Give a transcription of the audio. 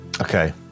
Okay